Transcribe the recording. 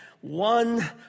one